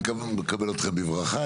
אני מקבל אתכם בברכה,